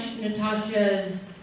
Natasha's